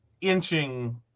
inching